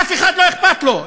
אף אחד לא אכפת לו,